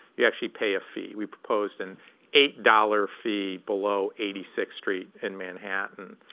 you actually pay a fee. we proposed an eight dollars fee below eighty sixth street in manhattan.